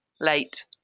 late